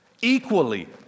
equally